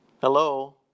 hello